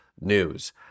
news